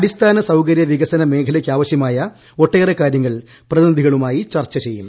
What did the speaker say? അടിസ്ഥാന സൌകര്യ വികസന മേഖലയ്ക്കാവശ്യമായ ഒട്ടേറെ കാര്യങ്ങൾ പ്രതിനിധികളുമായി ചർച്ച ചെയ്യും